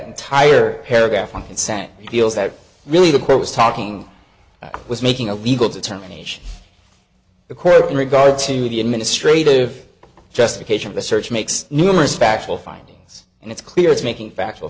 entire paragraph and consent feels that really the court was talking was making a legal determination the court in regard to the administrative justification of the search makes numerous factual findings and it's clear it's making factual